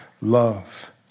love